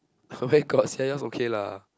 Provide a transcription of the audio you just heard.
where got !sia! yours okay lah